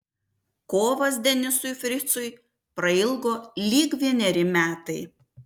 kovas denisui fricui prailgo lyg vieneri metai